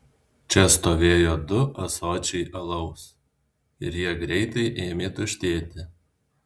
čia stovėjo du ąsočiai alaus ir jie greitai ėmė tuštėti